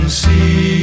see